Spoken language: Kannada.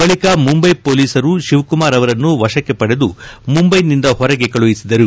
ಬಳಿಕ ಮುಂಬೈ ಪೊಲೀಸರು ಶಿವಕುಮಾರ್ ಅವರನ್ನು ವಶಕ್ಕೆ ಪಡೆದು ಮುಂಬೈಯಿಂದ ಹೊರಗೆ ಕಳುಹಿಸಿದರು